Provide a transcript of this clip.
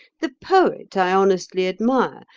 the poet i honestly admire.